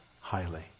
highly